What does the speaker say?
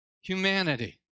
humanity